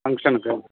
ஃபங்க்ஷனுக்கு